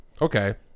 Okay